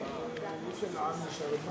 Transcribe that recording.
דוח-לוי?